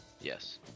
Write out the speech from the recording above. Yes